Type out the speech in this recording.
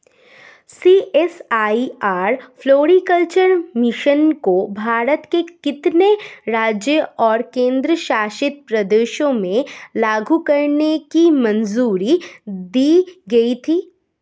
CSIR floriculture mission को भारत के कितने राज्यों और केंद्र शासित प्रदेशों में लागू करने की मंजूरी दी गई थी?